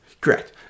Correct